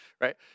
right